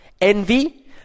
Envy